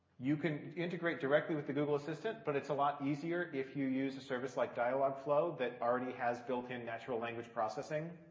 you can integrate directly with the google assistant, but it's a lot easier if you use a service like dialogflow that already has built-in natural language processing